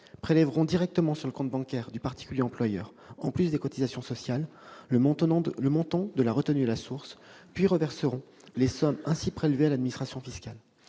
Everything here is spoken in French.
prélèveront directement sur le compte bancaire du particulier employeur, en plus des cotisations sociales, le montant de la retenue à la source, puis reverseront les sommes ainsi prélevées à l'administration fiscale.